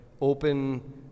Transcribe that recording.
open